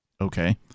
Okay